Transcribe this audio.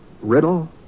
Riddle